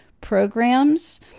programs